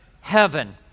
heaven